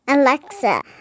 Alexa